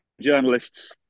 journalists